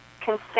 Consent